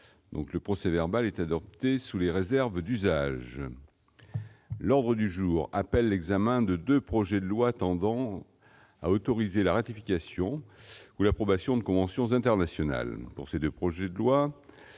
Le procès-verbal est adopté sous les réserves d'usage. L'ordre du jour appelle l'examen de deux projets de loi tendant à autoriser la ratification ou l'approbation de conventions internationales. Pour ces deux projets de loi,